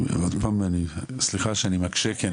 סליחה שאני מקשה.